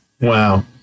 Wow